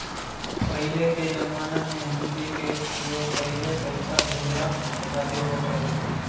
पहिले कअ जमाना में हुंडी कअ उपयोग पहिले पईसा भेजला खातिर होत रहे